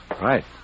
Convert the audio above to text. Right